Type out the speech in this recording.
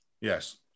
Yes